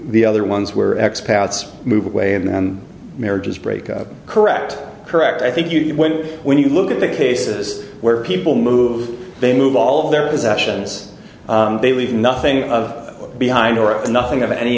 the other ones were ex pats move away and marriages break up correct correct i think you when you look at the cases where people move they move all of their possessions they leave nothing of behind or nothing of any